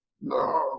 No